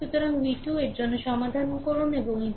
সুতরাং V 2 এর জন্য সমাধান করুন এবং এটি